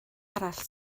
arall